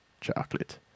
chocolate